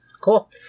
Cool